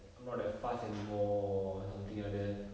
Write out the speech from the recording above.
I'm not that fast anymore something like that